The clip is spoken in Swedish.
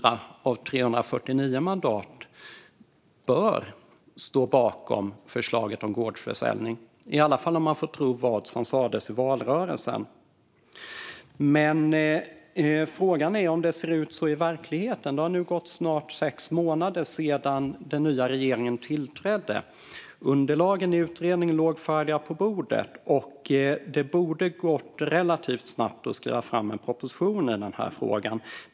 Av 349 mandat bör 200 stå bakom förslaget om gårdsförsäljning, i alla fall om man får tro vad som sades i valrörelsen. Men frågan är om det ser ut så i verkligheten? Det har snart gått sex månader sedan den nya regeringen tillträdde. Underlagen i utredningen låg färdiga på borden, och det borde ha gått relativt snabbt att skriva fram en proposition i frågan.